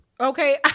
Okay